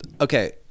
Okay